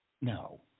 No